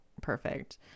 perfect